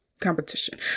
competition